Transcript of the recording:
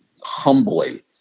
humbly